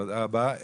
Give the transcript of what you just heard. תודה רבה.